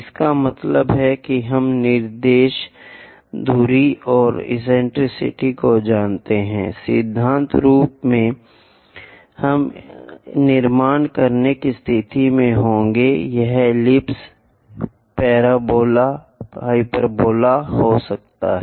इसका मतलब है कि हम निर्देश दूरी और एक्सेंट्रिसिटी को जानते हैं सिद्धांत रूप में हम निर्माण करने की स्थिति में होंगे यह एलिप्स परवलय हाइपरबोला हो सकता है